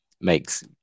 makes